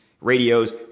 radios